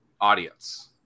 audience